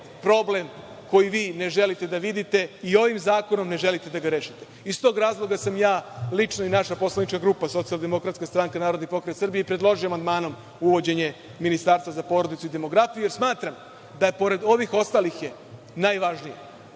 problem koji vi ne želite da vidite i ovim zakonom ne želite da ga rešite. Iz tog razloga sam ja lično i naša poslanička grupa SDS-NPS i predložili amandmanom uvođenje ministarstva za porodicu i demografiju, jer smatram da je pored ovih ostalih najvažnije,